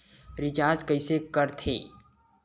Recharge कइसे कर थे?